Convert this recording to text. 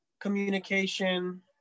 Communication